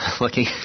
Looking